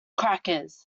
crackers